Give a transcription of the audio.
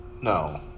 No